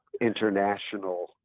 international